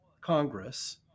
Congress